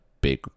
big